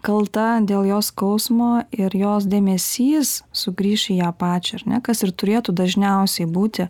kalta dėl jos skausmo ir jos dėmesys sugrįš į ją pačią ar ne kas ir turėtų dažniausiai būti